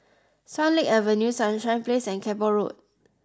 Swan Lake Avenue Sunshine Place and Keppel Road